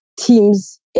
teams